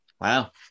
Wow